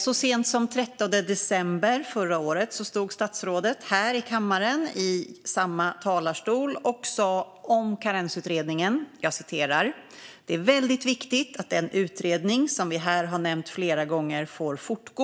Så sent som den 13 december förra året stod statsrådet här i kammaren, i samma talarstol som i dag, och sa om Karensutredningen: "Det är väldigt viktigt att den utredning som vi här har nämnt flera gånger får fortgå.